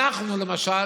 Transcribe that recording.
אנחנו למשל,